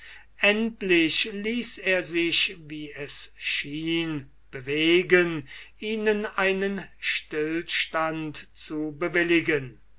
endlich ließ er sich wie es schien bewegen ihnen einen stillstand zu bewilligen